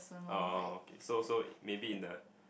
oh okay so so maybe in the